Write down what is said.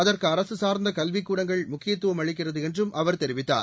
அதற்கு அரசு சார்ந்த கல்விக் கூடங்கள் முக்கியத்துவம் அளிக்கிறது என்றும் அவர் தெரிவித்தார்